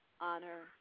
honor